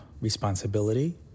responsibility